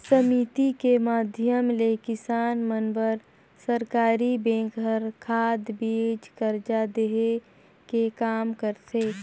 समिति के माधियम ले किसान मन बर सरकरी बेंक हर खाद, बीज, करजा देहे के काम करथे